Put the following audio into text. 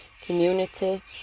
community